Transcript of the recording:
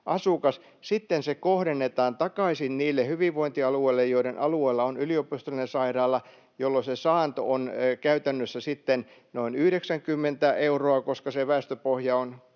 sitten se kohdennetaan takaisin niille hyvinvointialueille, joiden alueella on yliopistollinen sairaala, jolloin se saanto on käytännössä noin 90 euroa, koska väestöpohja on